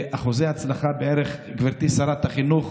ואחוזי הצלחה, גברתי שרת החינוך,